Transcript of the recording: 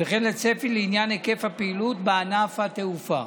וכן לצפי לעניין היקף הפעילות בענף התעופה.